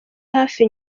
hafi